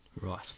Right